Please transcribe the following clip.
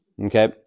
Okay